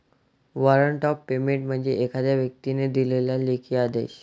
warrant of payment म्हणजे एखाद्या व्यक्तीने दिलेला लेखी आदेश